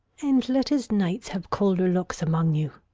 and let his knights have colder looks among you.